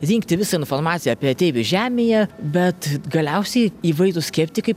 rinkti visą informaciją apie ateivius žemėje bet galiausiai įvairūs skeptikai